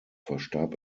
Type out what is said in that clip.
verstarb